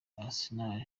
arsenal